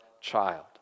child